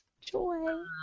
Joy